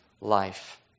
life